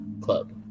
club